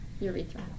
Urethra